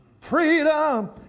freedom